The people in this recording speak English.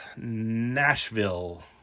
Nashville